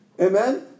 amen